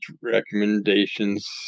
recommendations